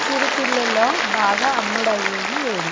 చిరుతిళ్ళులో బాగా అమ్ముడయ్యేవి ఏవి